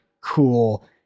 cool